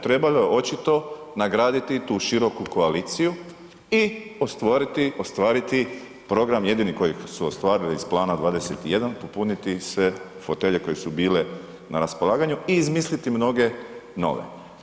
Trebalo je očito nagraditi tu široku koaliciju i ostvariti program jedini kojeg su ostvarili iz Plana 21, popuniti sve fotelje koje su bile na raspolaganju i izmisliti mnoge nove.